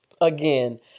again